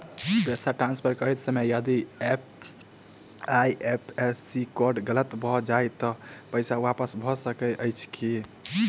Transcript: पैसा ट्रान्सफर करैत समय यदि आई.एफ.एस.सी कोड गलत भऽ जाय तऽ पैसा वापस भऽ सकैत अछि की?